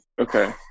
Okay